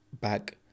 back